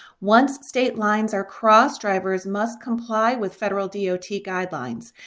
once state lines are crossed drivers must comply with federal d o t guidelines.